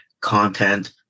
content